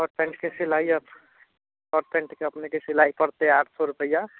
shirt पैन्टके सिलाइ अब पड़तै अपनेके सिलाइ पड़तै आठ सओ रुपैआ